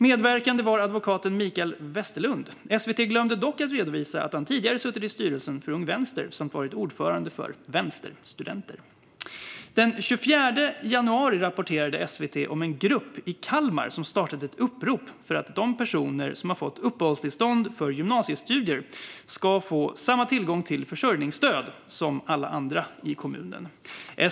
Medverkande var advokaten Mikael Westerlund. SVT glömde dock redovisa att han tidigare suttit i styrelsen för Ung Vänster samt varit ordförande för Vänsterstudenter. Den 24 januari rapporterade SVT om en grupp i Kalmar som startat ett upprop för att de personer som har fått uppehållstillstånd för gymnasiestudier ska få samma tillgång till försörjningsstöd som alla andra i kommunen.